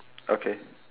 okay